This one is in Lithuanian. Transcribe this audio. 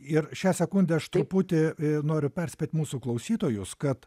ir šią sekundę aš truputį noriu perspėt mūsų klausytojus kad